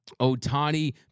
Otani